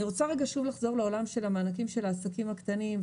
אני רוצה לחזור לעולם של המענקים לעסקים הקטנים,